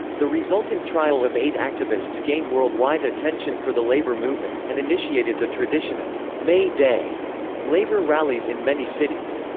the resultant trial of eight activists gained worldwide attention for the labor movement, and initiated the tradition of may day labor rallies in many cities.